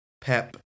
pep